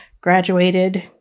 graduated